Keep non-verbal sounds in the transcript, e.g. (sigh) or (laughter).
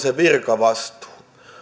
(unintelligible) se virkavastuu